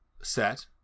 set